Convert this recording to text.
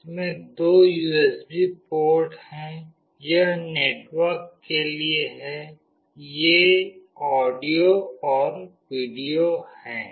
इसमें दो USB port हैं यह नेटवर्क के लिए है ये ऑडियो और वीडियो हैं